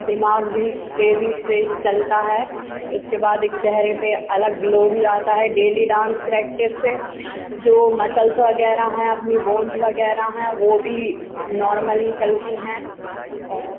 दिमाग भी तेज़ी से चलता है इसके बाद एक चेहरे पे अलग ग्लो भी आता है डेली डांस प्रैक्टिस से जो मसल्स वगैरह हैं अपनी बोन्ज़ वगैरह हैं वो भी नॉर्मली चलती हैं और